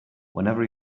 whenever